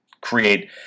create